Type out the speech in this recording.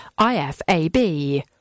IFAB